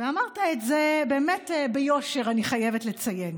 ואמרת את זה באמת ביושר, אני חייבת לציין.